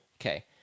Okay